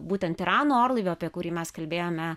būtent irano orlaivio apie kurį mes kalbėjome